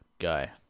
guy